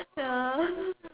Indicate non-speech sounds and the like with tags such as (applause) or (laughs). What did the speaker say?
ya (laughs)